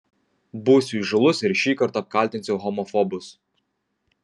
būsiu įžūlus ir šįkart apkaltinsiu homofobus